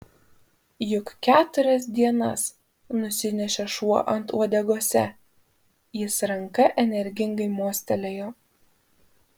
juk keturias dienas nusinešė šuo ant uodegose jis ranka energingai mostelėjo